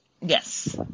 Yes